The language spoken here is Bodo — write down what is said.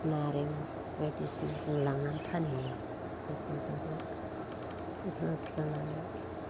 नारें बायदिसिना जों लांनानै फानहैयो गुरगुर गारगार सायखेलाव थिखांनानै